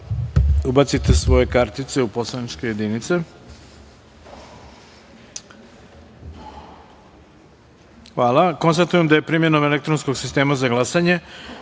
ubacite svoje kartice u poslaničke jedinice. Konstatujem da je primenom elektronskog sistema za glasanje